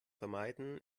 vermeiden